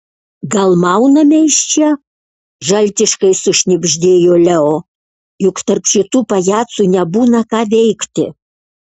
gal mauname iš čia žaltiškai sušnibždėjo leo juk tarp šitų pajacų nebūna ką veikti